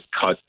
cut